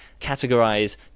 categorize